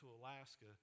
Alaska